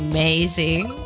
Amazing